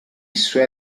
suoi